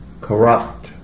corrupt